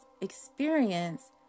experience